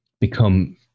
become